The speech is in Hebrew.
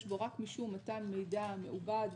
יש בו רק משום מתן מידע מעובד,